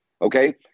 okay